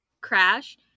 crash